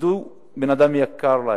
איבדו בן-אדם שיקר להם.